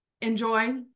Enjoy